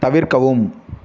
தவிர்க்கவும்